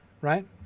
right